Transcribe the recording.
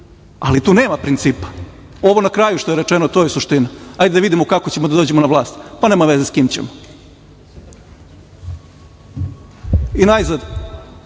ali tu nema principa. Ovo na kraju što je rečeno je suština. Hajde da vidimo kako ćemo da dođemo na vlast, pa nema veze sa kim ćemo. Najzad,